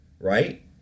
Right